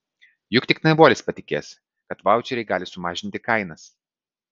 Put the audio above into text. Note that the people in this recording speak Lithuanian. juk tik naivuolis patikės kad vaučeriai gali sumažinti kainas